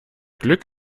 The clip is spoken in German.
glück